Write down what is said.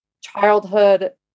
childhood